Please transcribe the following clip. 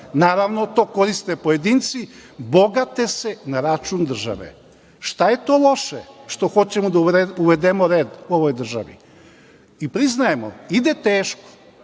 Naravno, to koriste pojedinci, bogate se na račun države. Šta je to loše, što hoćemo da uvedemo red u ovoj državi? Priznajemo ide teško,